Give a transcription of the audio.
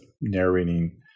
narrating